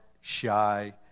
shy